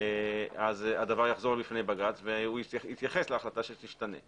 הדבר יחזור לבג"ץ והוא יתייחס להחלטה שתשתנה.